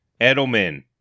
Edelman